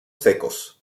secos